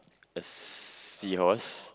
a seahorse